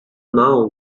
now